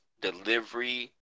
delivery